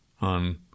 on